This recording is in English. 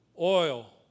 Oil